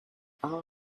are